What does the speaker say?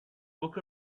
book